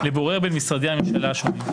לבורר בין משרדי הממשלה השונים".